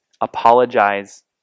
apologize